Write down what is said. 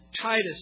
Titus